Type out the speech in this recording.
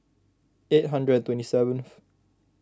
eight hundred and twenty seventh